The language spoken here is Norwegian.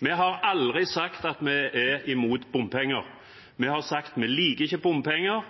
Vi har aldri sagt at vi er imot bompenger. Vi har sagt at vi ikke liker bompenger,